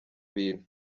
bintu